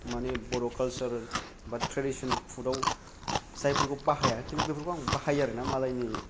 मानि बर' खालसार बा ट्रेडिशन फुदाव जायफोरखौ बाहाया खिन्थु बेफोरखौ आं बाहायो आरोना मालायनि